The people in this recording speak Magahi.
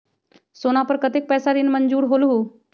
सोना पर कतेक पैसा ऋण मंजूर होलहु?